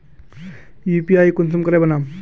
UPI कुंसम करे बनाम?